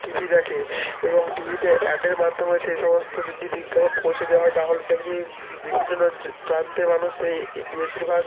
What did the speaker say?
TV দেখে এবং টি ভিতে অ্যাডের মাধ্যমে সেই সমস্ত যদি বিজ্ঞাপন পৌঁছে দেওয়া হয় তাহলে সেগুলি বিভিন্ন রাজ্যে প্রান্তে মানুষ এই বেশিরভাগ